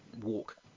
walk